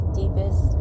deepest